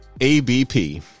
ABP